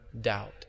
doubt